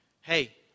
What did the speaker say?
hey